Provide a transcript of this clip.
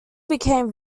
became